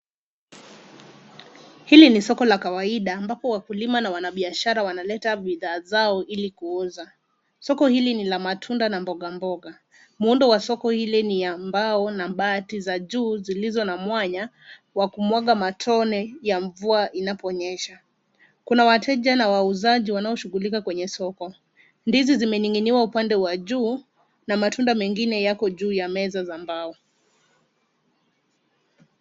Hili ni soko la kawaida ambapo wakulima na wanabiashara wanaleta bidhaa zao ili kuuza. Soko hili ni la matunda na mboga mboga. Muundo wa soko hili ni ya mbao na bati za huu zilizo na mwanya wa kumwaga matone ya mvua inaponyesha. Kuna wateja na wauzaji wanaoshughulika kwenye soko. Ndizi zimening'iniwa upande wa juu na matunda mengine yako juu ya meza za mbao.